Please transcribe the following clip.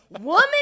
woman